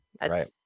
Right